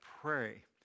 pray